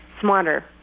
smarter